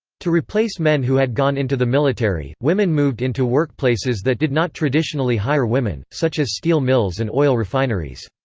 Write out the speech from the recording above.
to replace men who had gone into the military, women moved into workplaces that did not traditionally hire women, such as steel mills and oil refineries.